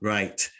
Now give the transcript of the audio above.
Right